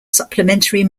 supplementary